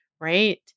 Right